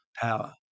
power